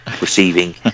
receiving